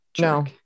No